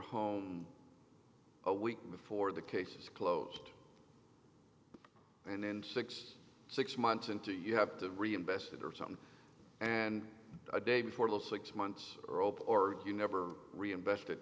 home a week before the case is closed and then six six months into you have to reinvest it or something and a day before the six months are open or you never reinvest it